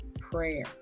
Prayer